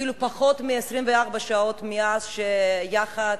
אפילו פחות מ-24 שעות מאז הצלחנו,